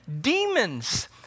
demons